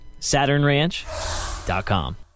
SaturnRanch.com